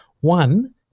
One